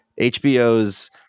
HBO's